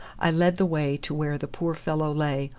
i led the way to where the poor fellow lay,